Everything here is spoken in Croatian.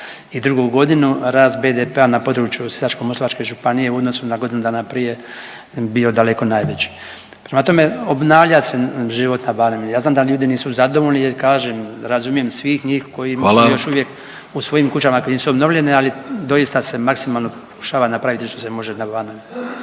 za 2022. godinu rast BDP-a na području Sisačko-moslavačke županije u odnosu na godinu dana prije bio daleko najveći. Prema tome, obnavlja se život na Banovini. Ja znam da ljudi nisu zadovoljni jer kažem razumijem svih njih koji …/Upadica: Hvala./… još u svojim kućama koje nisu obnovljene, ali doista se maksimalno pokušava napraviti što se može na Banovini.